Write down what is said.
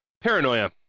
Paranoia